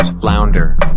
flounder